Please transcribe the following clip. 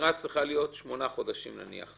שחקירה צריכה להיות שמונה חודשים נניח,